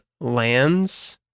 lands